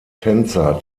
tänzer